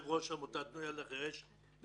אני